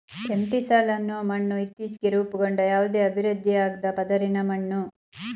entisol ಅನ್ನೋ ಮಣ್ಣು ಇತ್ತೀಚ್ಗೆ ರೂಪುಗೊಂಡ ಯಾವುದೇ ಅಭಿವೃದ್ಧಿಯಾಗ್ದ ಪದರಿನ ಮಣ್ಣು